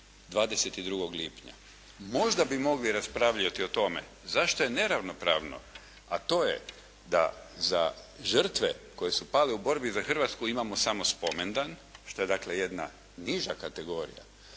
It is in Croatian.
22. lipnja. Možda bi mogli raspravljati o tome, zašto je neravnopravno, a to je da za žrtve koje su pale u borbi za Hrvatsku imamo samo spomendan što je dakle jedna niža kategorija,